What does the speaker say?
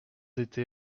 été